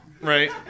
right